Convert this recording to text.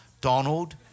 Donald